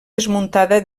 desmuntada